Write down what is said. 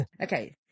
Okay